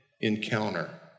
encounter